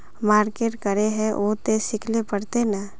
Market करे है उ ते सिखले पड़ते नय?